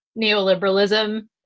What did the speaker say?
neoliberalism